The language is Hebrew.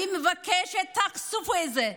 אני מבקשת, תחשפו את זה,